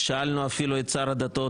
שאלנו אפילו את שר הדתות,